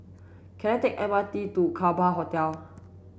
can I take M R T to Kerbau Hotel